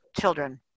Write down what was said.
children